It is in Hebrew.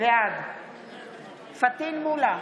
בעד פטין מולא,